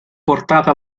portata